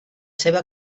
seva